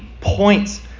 points